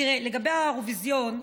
לגבי האירוויזיון,